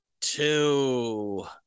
Two